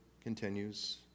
continues